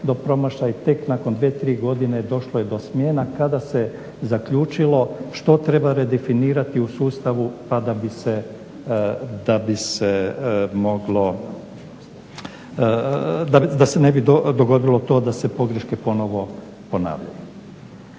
do promašaja i tek nakon 2, 3 godine došlo je do smjena kada se zaključilo što treba redefinirati u sustavu da se ne bi dogodilo to da se pogreške ponovno ponavljaju.